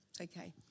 Okay